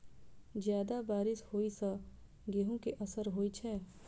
जियादा बारिश होइ सऽ गेंहूँ केँ असर होइ छै?